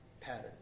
pattern